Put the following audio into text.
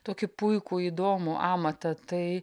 tokį puikų įdomų amatą tai